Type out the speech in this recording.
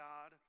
God